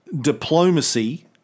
diplomacy